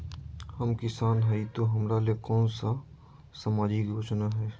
हम किसान हई तो हमरा ले कोन सा सामाजिक योजना है?